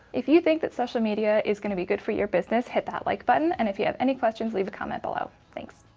if you think that social media is gonna be good for your business, hit that like button. and if you have any questions leave a comment below. thanks.